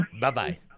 Bye-bye